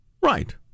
Right